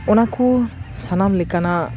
ᱚᱱᱟ ᱠᱚ ᱥᱟᱱᱟᱢ ᱞᱤᱠᱟᱱᱟᱜ